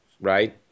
right